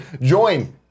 Join